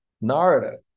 Narada